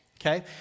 Okay